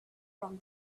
from